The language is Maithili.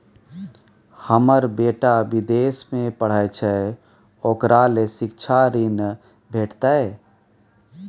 हमर बेटा विदेश में पढै छै ओकरा ले शिक्षा ऋण भेटतै?